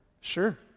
Sure